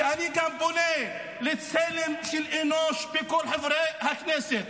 שאני גם פונה לצלם האנוש בכל חברי הכנסת,